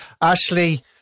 Ashley